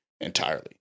entirely